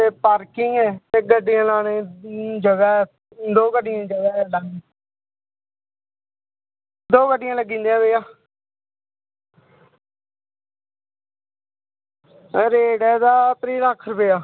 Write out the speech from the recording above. ते पार्किंग ऐ ते गड्डियां लानें गी जगह् ऐ दो गड्डियें दी जगह् ऐ दो गड्डियां लग्गी जंदियां भाइया रेट ऐ एह्दा त्रीह् लक्ख रपेआ